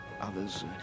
Others